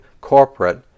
corporate